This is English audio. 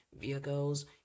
vehicles